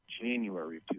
January